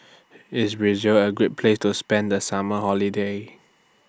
IS Brazil A Great Place to spend The Summer Holiday